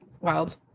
wild